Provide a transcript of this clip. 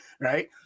right